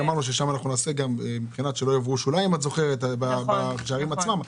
מכיוון שאמרנו ששם נעשה גם כדי שלא יעברו לשוליים בשערים עצמם.